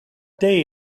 day